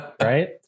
Right